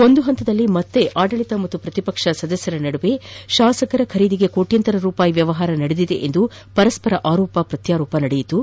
ಒಂದು ಹಂತದಲ್ಲಿ ಮತ್ತೆ ಆಡಳಿತ ಮತ್ತು ಪ್ರತಿಪಕ್ಷ ಸದಸ್ನರ ನದುವೆ ಶಾಸಕರ ಖರೀದಿಗೆ ಕೋಣ್ಯಾಂತರ ರೂಪಾಯಿ ವ್ಯವಹಾರ ನಡೆದಿದೆ ಎಂದು ಪರಸ್ಲರ ಆರೋಪ ಪ್ರತ್ಯರೋಪ ನಡೆಯಿತು